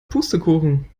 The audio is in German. pustekuchen